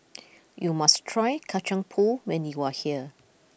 you must try Kacang Pool when you are here